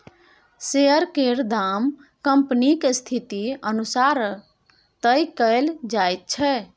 share केर दाम कंपनीक स्थिति अनुसार तय कएल जाइत छै